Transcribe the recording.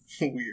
weird